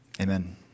Amen